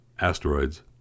asteroids